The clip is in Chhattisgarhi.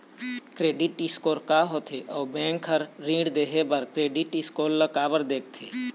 क्रेडिट स्कोर का होथे अउ बैंक हर ऋण देहे बार क्रेडिट स्कोर ला काबर देखते?